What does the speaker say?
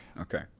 okay